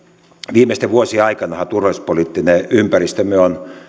viimeisten vuosien aikanahan turvallisuuspoliittinen ympäristömme on